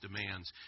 demands